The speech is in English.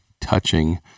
touching